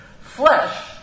Flesh